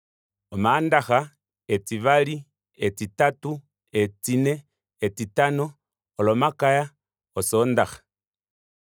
Omandaxa etivali etitatu etine etitano olomakaya osondaxa